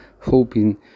hoping